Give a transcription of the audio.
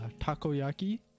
takoyaki